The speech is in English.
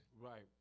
Right